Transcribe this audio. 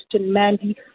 Mandy